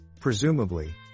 Presumably